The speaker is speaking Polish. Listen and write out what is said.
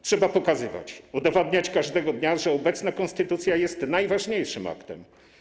Trzeba pokazywać, udowadniać każdego dnia, że obecna konstytucja jest najważniejszym aktem.